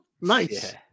nice